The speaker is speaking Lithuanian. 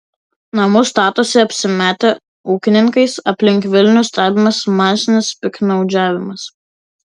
namus statosi apsimetę ūkininkais aplink vilnių stebimas masinis piktnaudžiavimas